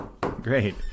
great